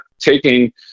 taking